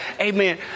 Amen